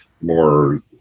more